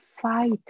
fight